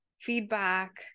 feedback